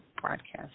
broadcast